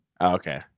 Okay